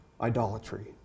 idolatry